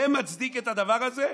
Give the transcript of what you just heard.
זה מצדיק את הדבר הזה?